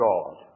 God